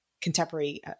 contemporary